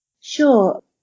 Sure